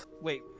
Wait